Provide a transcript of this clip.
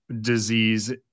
disease